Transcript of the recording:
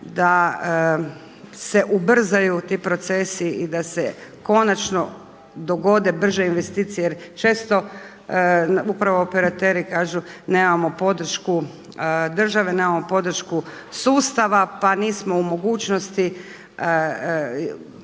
da se ubrzaju ti procesi i da se konačno dogode brže investicije jer često upravo operateri kažu nemamo podršku države, nemamo podršku sustava pa nismo u mogućnosti